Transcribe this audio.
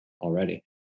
already